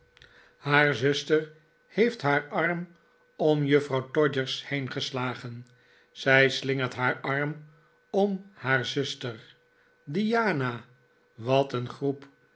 haar maarten chuzzlewit zuster heeft haar arm om juffrouw todgers heengeslagen zij slingert haar arm om haar zuster diana wat een groep